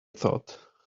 thought